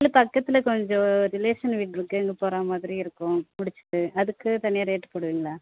இல்லை பக்கத்தில் கொஞ்சம் ரிலேஷன் வீடிருக்கு அங்கே போகிற மாதிரி இருக்கும் முடிச்சுட்டு அதுக்கு தனியாக ரேட் போடுவீங்களா